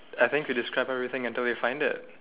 I think you describe everything until they find it